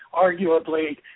Arguably